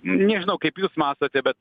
nežinau kaip jūs matote bet